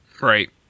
Right